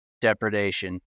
depredation